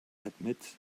admit